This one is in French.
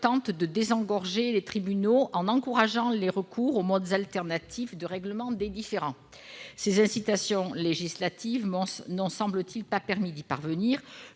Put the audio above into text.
tente de désengorger les tribunaux en encourageant le recours aux modes alternatifs de règlement des différends. Ces incitations législatives n'ont, semble-t-il, pas permis d'y parvenir.